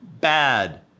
Bad